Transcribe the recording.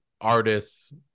artists